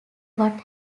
what